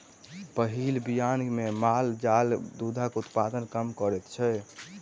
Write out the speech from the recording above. पहिल बियान मे माल जाल दूधक उत्पादन कम करैत छै